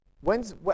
When's